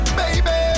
baby